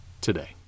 today